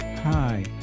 Hi